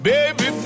Baby